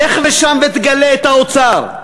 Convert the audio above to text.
לך לשם ותגלה את האוצר.